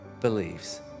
believes